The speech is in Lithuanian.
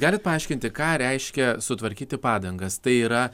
galit paaiškinti ką reiškia sutvarkyti padangas tai yra